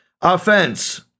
offense